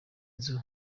nzu